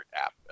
app